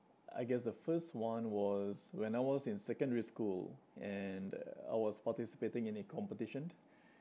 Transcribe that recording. I guess the first one was when I was in secondary school and uh I was participating in a competition